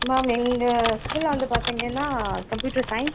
ma'am எங்கள் ஸ்கூலில் வந்து பார்த்தீங்கன்னா கம்ப்யூட்டர் சையின்ஸ்